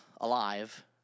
alive